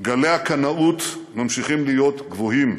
גלי הקנאות ממשיכים להיות גבוהים.